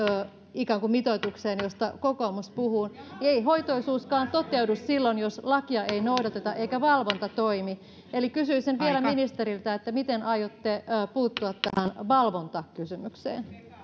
ikään kuin hoitoisuusmitoitukseen josta kokoomus puhuu niin ei hoitoisuuskaan toteudu silloin jos lakia ei noudateta eikä valvonta toimi eli kysyisin vielä ministeriltä miten aiotte puuttua tähän valvontakysymykseen